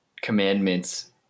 commandments